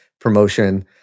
promotion